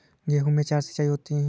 गेहूं में चार सिचाई होती हैं